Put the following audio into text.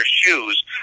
shoes